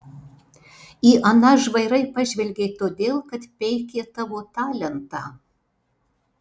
į aną žvairai pažvelgei todėl kad peikė tavo talentą